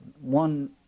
one